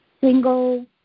single